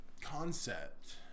concept